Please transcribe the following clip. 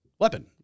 Weapon